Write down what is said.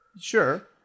Sure